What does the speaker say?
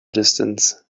distance